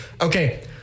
Okay